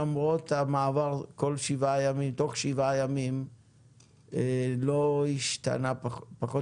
למרות המעבר תוך שבעה ימים לא השתנה פחות